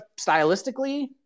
stylistically